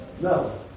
No